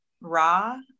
raw